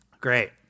Great